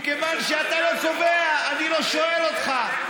מכיוון שאתה לא קובע, אני לא שואל אותך.